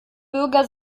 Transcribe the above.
bürger